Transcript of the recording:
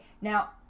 now